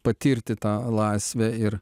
patirti tą laisvę ir